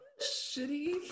shitty